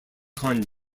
kong